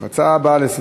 לפיכך, ההצעה לסדר-היום